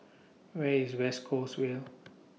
Where IS West Coasts Vale